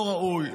לא ראוי.